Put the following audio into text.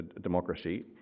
democracy